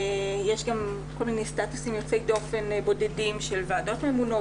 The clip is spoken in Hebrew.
יש גם כל מיני סטטוסים יוצאי דופן בודדים של ועדות ממונות,